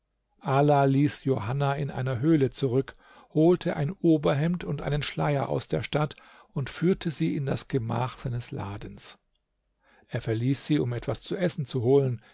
ala ließ johanna in einer höhle zurück holte ein oberhemd und einen schleier aus der stadt und führte sie in das gemach seines ladens er verließ sie um etwas zu essen zu holen